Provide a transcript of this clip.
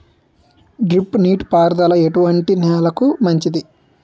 Drip నీటి పారుదల ఎటువంటి నెలలకు మంచిది?